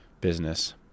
business